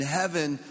heaven